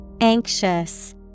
Anxious